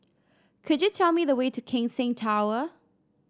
could you tell me the way to Keck Seng Tower